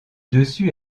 dessus